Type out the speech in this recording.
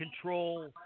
control